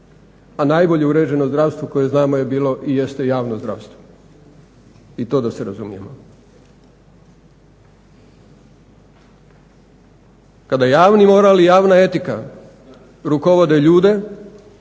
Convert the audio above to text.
a najbolje uređeno zdravstvo koje znamo je bilo i jeste javno zdravstvo i to da se razumijemo. Kada javni moral i javna etika rukovode ljude